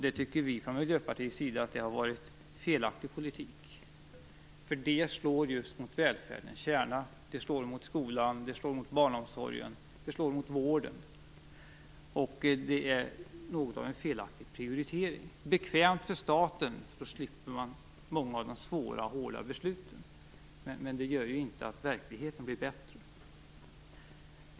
Det tycker vi från Miljöpartiets sida har varit en felaktig politik, för den slår just mot välfärdens kärna; mot skolan, mot barnomsorgen och mot vården. Det är något av en felaktig prioritering. Det är bekvämt för staten, för man slipper många av de svåra och hårda besluten, men det gör inte att verkligheten blir bättre.